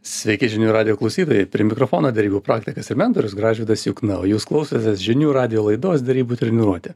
sveiki žinių radijo klausytojai prie mikrofono derybų praktikas ir mentorius gražvydas jukna o jūs klausotės žinių radijo laidos derybų treniruotė